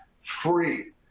free